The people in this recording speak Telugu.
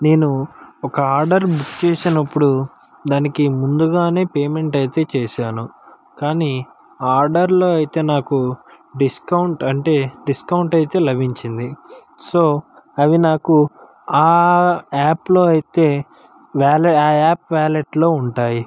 నేను ఒక ఆర్డర్ బుక్ చేసినప్పుడు దానికి ముందుగానే పేమెంట్ అయితే చేశాను కానీ ఆర్డర్లో అయితే నాకు డిస్కౌంట్ అంటే డిస్కౌంట్ అయితే లభించింది సో అవి నాకు ఆ ఆప్లో అయితే వాలె ఆ ఆప్ వాలెట్లో ఉంటాయి